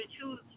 choose